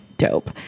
dope